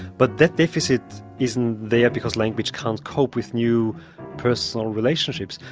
but that deficit isn't there because language can't cope with new personal relationships,